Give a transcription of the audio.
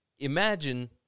Imagine